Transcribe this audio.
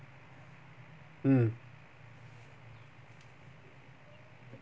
mm